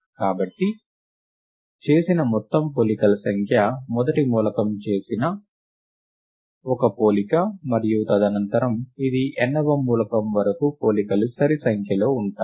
కాబట్టి చేసిన మొత్తం పోలికల సంఖ్య మొదటి మూలకం కోసం చేసిన ఒక పోలిక మరియు తదనంతరం ఇది nవ మూలకం వరకు పోలికలు సరి సంఖ్యలో ఉంటాయి